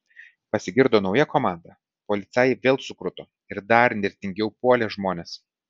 pasigirdo nauja komanda policajai vėl sukruto ir dar nirtingiau puolė žmones